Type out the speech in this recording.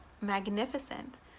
magnificent